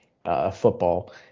Football